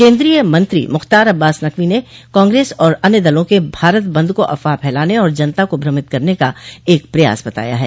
कन्द्रीय मंत्री मुख्तार अब्बास नकवी ने कांग्रेस और अन्य दलों के भारत बंद को अफवाह फैलाने और जनता को भ्रमित करने का एक प्रयास बताया है